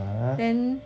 (uh huh)